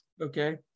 okay